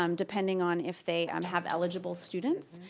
um depending on if they um have eligible students,